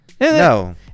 No